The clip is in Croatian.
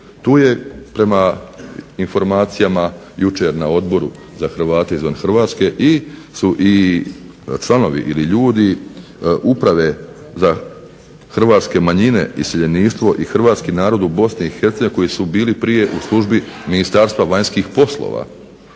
tu je prema informacijama jučer na Odboru za Hrvate izvan Hrvatske su i članovi ili ljudi Uprave za hrvatske manjine, iseljeništvo i hrvatski narod u BiH koji su bili prije u službi Ministarstva vanjskih poslova